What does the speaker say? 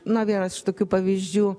na vienas iš tokių pavyzdžių